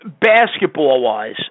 basketball-wise